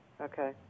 Okay